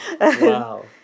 Wow